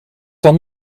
dan